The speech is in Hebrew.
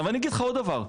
אבל אני אגיד לך עוד דבר.